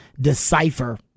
decipher